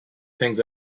things